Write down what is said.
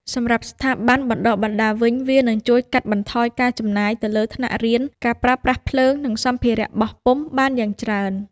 សម្រាប់ស្ថាប័នបណ្តុះបណ្តាលវិញ វានឹងជួយ កាត់បន្ថយការចំណាយ ទៅលើថ្នាក់រៀន ការប្រើប្រាស់ភ្លើង និងសម្ភារបោះពុម្ពបានយ៉ាងច្រើន។